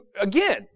again